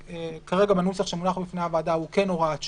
כרגע בנוסח שמונח בפני הוועדה הוא כן הוראת שעה,